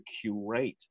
curate